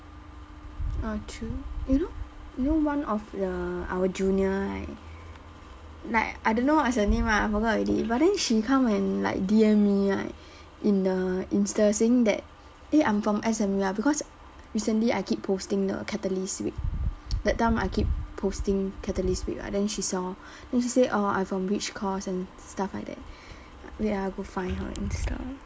ah true you know you know one of the our junior right like I don't know what's her name ah I forgot already but then she come and like D_M me like in the insta saying that eh I'm from S_M_U ah because recently I keep posting the catalyst that time I keep posting catalyst then she saw then she say oh I'm from which course and stuff like that wait ah I go find her insta